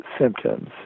symptoms